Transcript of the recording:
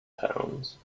pounds